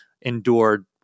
endured